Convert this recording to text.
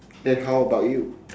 then how about you